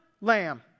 lamb